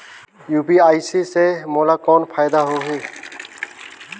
UPI से मोला कौन फायदा होही?